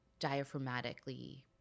diaphragmatically